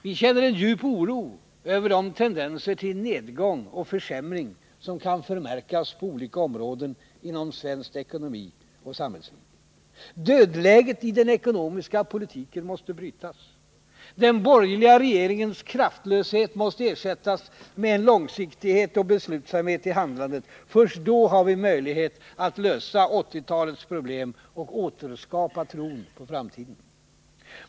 Vi känner en djup oro över de tendenser till nedgång och försämring som kan förmärkas på olika områden inom svensk ekonomi och svenskt näringsliv. Dödläget i den ekonomiska politiken måste brytas. Den borgerliga regeringens kraftlöshet måste ersättas med en långsiktighet och beslutsamhet i handlandet — först då har vi en möjlighet att lösa 1980-talets problem och återskapa tron på framtiden.